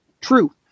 True